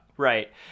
Right